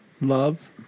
love